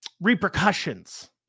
repercussions